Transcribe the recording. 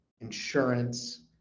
insurance